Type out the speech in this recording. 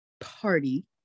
party